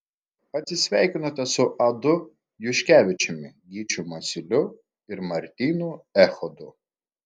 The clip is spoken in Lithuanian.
atsisveikinote su adu juškevičiumi gyčiu masiuliu ir martynu echodu